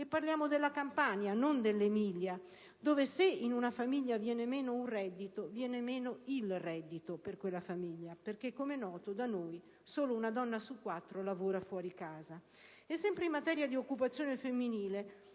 si parla della Campania, non dell'Emilia-Romagna: una regione in cui se ad una famiglia viene meno un reddito viene meno il reddito per la famiglia stessa perché, come è noto, da noi solo una donna su quattro lavora fuori casa. E sempre in materia di occupazione femminile,